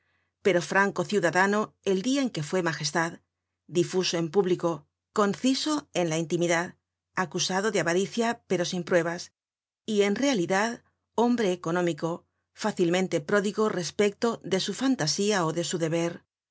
pero franco ciudadano el dia en que fue magestad difuso en público conciso en la intimidad acusado de avaricia pero sin pruebas y en realidad hombre económico fácilmente pródigo respecto de su fantasía ó de su deber